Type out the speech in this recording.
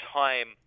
time